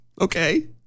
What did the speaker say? Okay